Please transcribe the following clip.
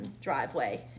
driveway